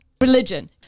religion